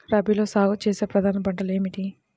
రబీలో సాగు చేసే ప్రధాన పంటలు ఏమిటి?